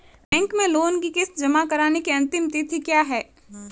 Bank में loan की किश्त जमा कराने की अंतिम तिथि क्या है?